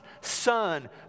son